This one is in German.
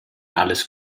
alles